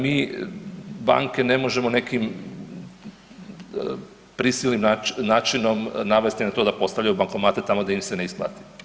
Mi banke ne možemo nekim prisilnom načinom navesti na to da postavljaju bankomate tamo gdje im se ne isplati.